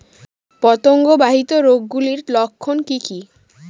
পতঙ্গ বাহিত রোগ গুলির লক্ষণ কি কি?